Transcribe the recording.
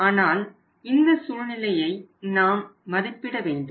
ஆனால் இந்த சூழ்நிலையை நாம் மதிப்பிட வேண்டும்